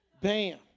bam